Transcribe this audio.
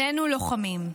שנינו לוחמים,